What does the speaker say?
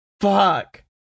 Fuck